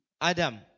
Adam